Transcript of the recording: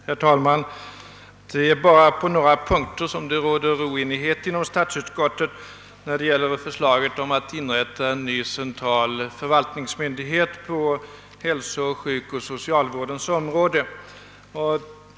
Herr talman! Det är bara på några punkter som det råder oenighet inom statsutskottet när det gäller förslaget om att inrätta en ny central förvaltningsmyndighet på hälso-, sjukoch socialvårdens område.